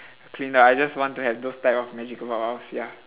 clean ah I just want to have those type of magical powers ya